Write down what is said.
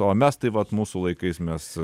o mes tai vat mūsų laikais mes